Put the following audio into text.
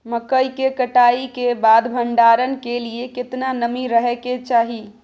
मकई के कटाई के बाद भंडारन के लिए केतना नमी रहै के चाही?